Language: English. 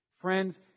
Friends